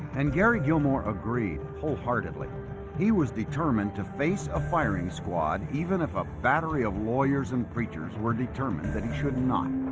and gary gilmore agreed wholeheartedly he was determined to face a firing squad even if a battery of lawyers and preachers were determined that he should not